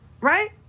right